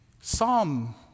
Psalm